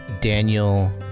Daniel